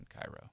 Cairo